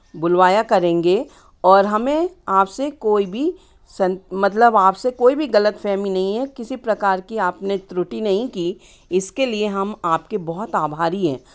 बुलवाया करेंगे और हमें आपसे कोई भी मतलब आपसे कोई भी गलतफ़हमी नहीं है किसी प्रकार की आपने त्रुटि नहीं की इसके लिए हम आपके बहुत आभारी हैं